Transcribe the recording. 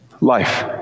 life